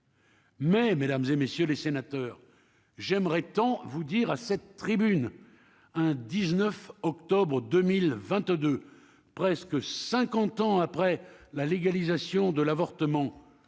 Mais, mesdames et messieurs les sénateurs, j'aimerais tant vous dire à cette tribune, hein, 19 octobre 2022 presque 50 ans après la légalisation de l'avortement